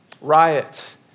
riot